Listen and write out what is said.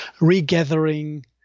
regathering